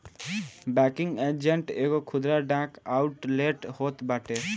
banking agent एगो खुदरा डाक आउटलेट होत बाटे